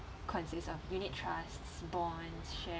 consists of unit trusts bonds share